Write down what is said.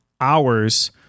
hours